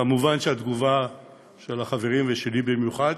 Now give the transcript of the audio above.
כמובן שהתגובה של החברים, ושלי במיוחד,